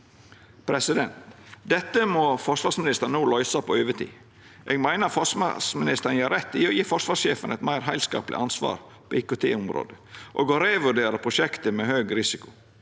løysingar. Dette må forsvarsministeren no løysa på overtid. Eg meiner forsvarsministeren gjer rett i å gje forsvarssjefen eit meir heilskapleg ansvar på IKT-området og revurdera prosjekt med høg risiko.